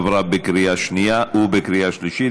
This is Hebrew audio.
עברה בקריאה שנייה ובקריאה שלישית.